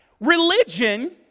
Religion